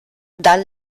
dan